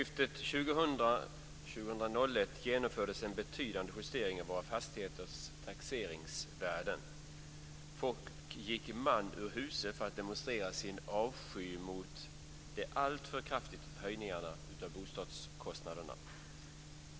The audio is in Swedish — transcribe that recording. Fru talman! Årsskiftet 2000/2001 genomfördes en betydande justering av våra fastigheters taxeringsvärden. Folk gick man ur huse för att demonstrera sin avsky mot de alltför kraftiga höjningarna av boendekostnaderna.